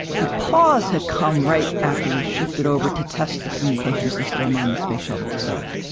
the pause had come right after we shifted over to test the communication system on the space shuttle itself.